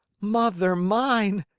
mother mine!